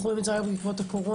רואים את זה בעקבות הקורונה,